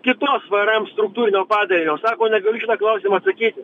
kitos vrm struktūrinio padalinio sako negaliu į šitą klausimą atsakyti